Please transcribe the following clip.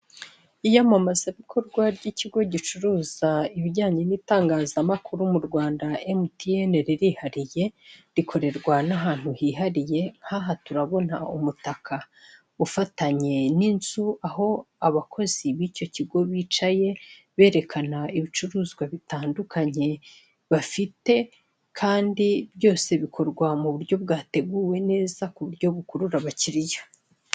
Iyamamaza bikorwa ry'ikigo gicuruza ibijyanye n'itangazamakuru m'U Rwanda emutiyene ririhariye, rikorerwa nahantu hihariye nkaha turabona umutaka ufatanye n'inzu aho abakozi b'icyo kigo bicaye berekana ibicuruzwa bitandukanye bafite kandi byose bikorwa m'uburyo bwateguwe neza kuburyo bukurura abakiriya.